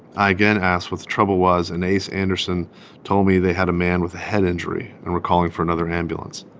i again asked what the trouble was, and ace anderson told me they had a man with a head injury and were calling for another ambulance.